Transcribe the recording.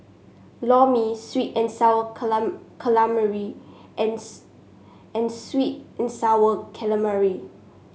Lor Mee sweet and sour calamari and and sweet and sour calamari